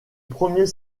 premier